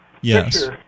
Yes